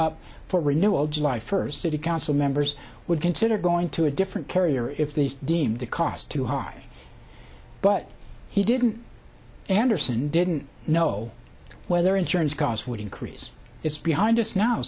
up for renewal july first city council members would consider going to a different carrier if these deemed the cost too high but he didn't anderson didn't know whether insurance costs would increase it's behind us now